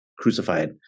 crucified